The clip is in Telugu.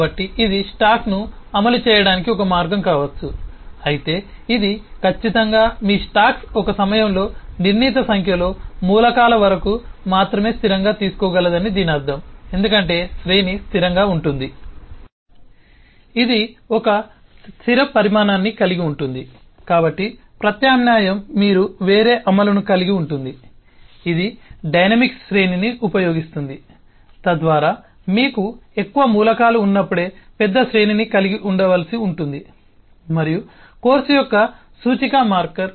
కాబట్టి ఇది స్టాక్ను అమలు చేయడానికి ఒక మార్గం కావచ్చు అయితే ఇది ఖచ్చితంగా మీ స్టాక్ ఒక సమయంలో నిర్ణీత సంఖ్యలో మూలకాల వరకు మాత్రమే స్థిరంగా తీసుకోగలదని దీని అర్థం ఎందుకంటే శ్రేణి స్థిరంగా ఉంటుంది ఇది ఒక స్థిర పరిమాణాన్ని కలిగి ఉంటుంది కాబట్టి ప్రత్యామ్నాయం మీరు వేరే అమలును కలిగి ఉంటుంది ఇది డైనమిక్ శ్రేణిని ఉపయోగిస్తుంది తద్వారా మీకు ఎక్కువ మూలకాలు ఉన్నప్పుడే పెద్ద శ్రేణిని కలిగి ఉండవలసి ఉంటుంది మరియు కోర్సు యొక్క సూచిక మార్కర్